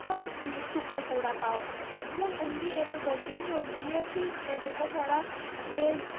सुक्का कूड़ा पाओ ते हून उंदी इक गड्डी बी आंदी एह् ि जेह्का थुआढ़ा